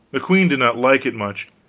the queen did not like it much.